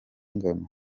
ingano